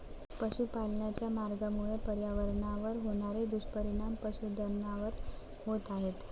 पशुपालनाच्या मार्गामुळे पर्यावरणावर होणारे दुष्परिणाम पशुधनावर होत आहेत